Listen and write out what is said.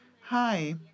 Hi